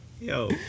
Yo